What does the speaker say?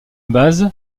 base